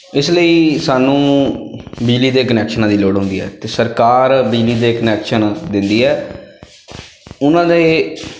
ਇਸ ਲਈ ਸਾਨੂੰ ਬਿਜਲੀ ਦੇ ਕਨੈਕਸ਼ਨਾਂ ਦੀ ਲੋੜ ਹੁੰਦੀ ਹੈ ਅਤੇ ਸਰਕਾਰ ਬਿਜਲੀ ਦੇ ਕਨੈਕਸ਼ਨ ਦਿੰਦੀ ਹੈ ਉਹਨਾਂ ਦੇ